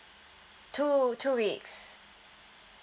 two two weeks